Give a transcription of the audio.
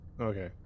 Okay